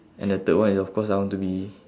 and the third one is of course I want to be